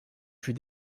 fut